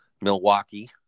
Milwaukee